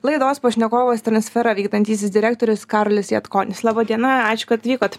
laidos pašnekovas transfera vykdantysis direktorius karolis jadkonis laba diena ačiū kad atvykot